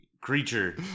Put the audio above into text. creature